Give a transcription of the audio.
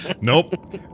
Nope